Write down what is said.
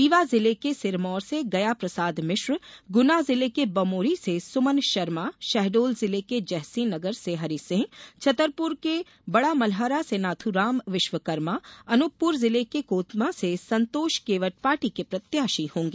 रीवा जिले के सिरमौर से गया प्रसाद मिश्र गुना जिले के बमोरी से सुमन शर्मा शहडोल जिले के जयसिंह नगर से हरिसिंह छतरपुर के बडामलहरा से नाथूराम विश्वकर्मा अनूपपुर जिले के कोतमा से संतोष केवट पार्टी के प्रत्याशी होंगे